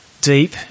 deep